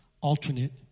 alternate